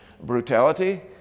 brutality